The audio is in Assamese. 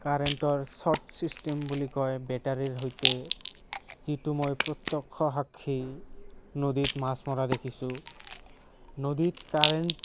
কাৰেণ্টৰ শ্বৰ্ট ছিষ্টেম বুলি কয় বেটাৰীৰ সৈতে যিটো মই প্ৰত্যক্ষ সাক্ষী নদীত মাছ মৰা দেখিছোঁ নদীত কাৰেণ্ট